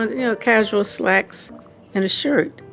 you know, casual slacks and a shirt.